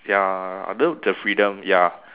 ya I love the freedom ya